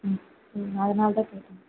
ம் ம் அதனாலதான் கேட்டேங்க